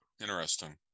Interesting